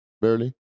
barely